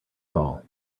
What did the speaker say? fall